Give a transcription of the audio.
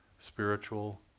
spiritual